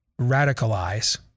radicalize